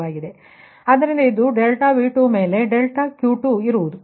ಆದ್ದರಿಂದ ಇದು ∆V2ಮೇಲೆ ∆Q2 ಇರುವುದು